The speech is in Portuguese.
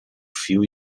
fio